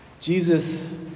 Jesus